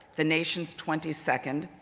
the nations twenty second,